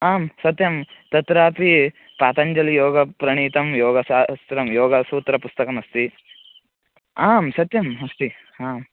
आम् सत्यं तत्रापि पातञ्जलयोगप्रणीतं योगशास्त्रं योगसूत्रपुस्तकम् अस्ति आम् सत्यम् अस्ति आम्